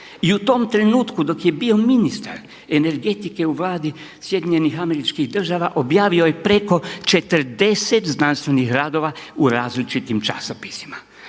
I tom trenutku dok je bio ministar energetike u Vladi SADA objavio je preko 40 znanstvenih radova u različitim časopisima.